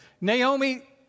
Naomi